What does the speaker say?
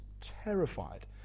terrified